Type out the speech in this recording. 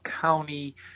County